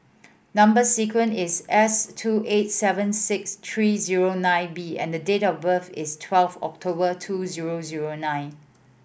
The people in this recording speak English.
number sequence is S two eight seven six three zero nine B and the date of birth is twelve October two zero zero nine